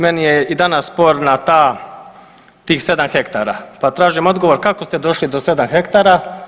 Meni je i danas sporna ta tih 7 hektara, pa tražim odgovor kako ste došli do 7 hektara.